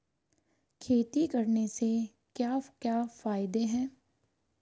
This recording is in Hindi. खेती करने से क्या क्या फायदे हैं?